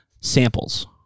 samples